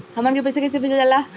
हमन के पईसा कइसे भेजल जाला?